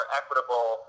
equitable